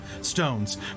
stones